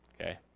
Okay